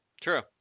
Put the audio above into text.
True